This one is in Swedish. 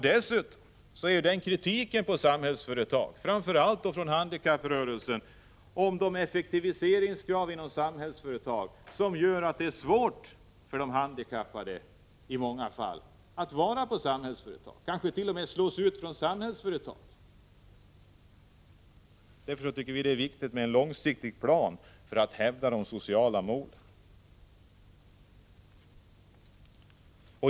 Dessutom riktas kritik mot Samhällsföretag, framför allt från handikapprörelsen, för att effektivitetskraven inom Samhällsföretag i många fall gör det svårt för de handikappade att vara på Samhällsföretag och att de kanske t.o.m. slås ut därifrån. Därför tycker vi det är viktigt med en långsiktig plan för att hävda de sociala målen.